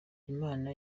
inama